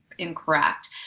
Incorrect